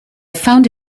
found